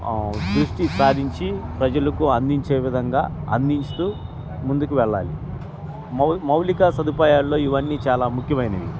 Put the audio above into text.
దృష్టి సాధించి ప్రజలకు అందించే విధంగా అందించస్తూ ముందుకు వెళ్ళాలి మౌ మౌలిక సదుపాయాల్లో ఇవన్నీ చాలా ముఖ్యమైనవి